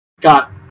got